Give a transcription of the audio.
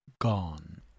gone